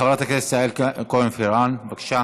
חברת הכנסת יעל כהן-פארן, בבקשה.